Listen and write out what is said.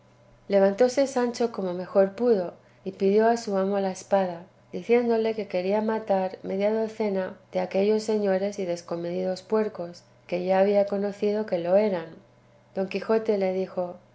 quijote levantóse sancho como mejor pudo y pidió a su amo la espada diciéndole que quería matar media docena de aquellos señores y descomedidos puercos que ya había conocido que lo eran don quijote le dijo